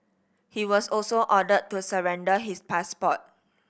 he was also ordered to surrender his passport